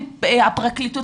הפרקליטות,